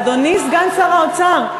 אדוני סגן שר האוצר,